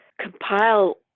compile